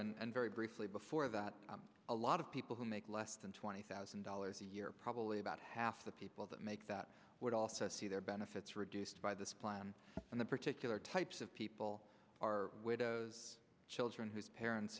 and very briefly before that a lot of people who make less than twenty thousand dollars a year probably about half the people that make that would also see their benefits reduced by this plan and the particular types of people are widows children whose parents